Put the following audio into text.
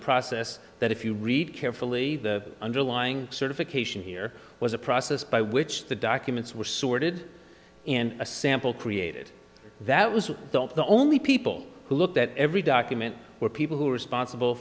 process that if you read carefully the underlying certification here was a process by which the documents were sorted in a sample created that was the only people who looked at every document or people who are responsible